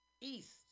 East